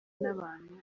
n’abantu